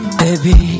baby